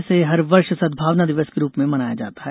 इसे हर वर्ष सदभावना दिवस के रूप में मनाया जाता है